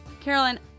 Carolyn